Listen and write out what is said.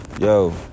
yo